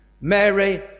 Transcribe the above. Mary